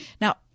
Now